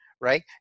Right